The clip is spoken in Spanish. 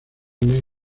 negro